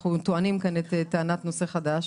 אנחנו טוענים כאן את טענת נושא חדש.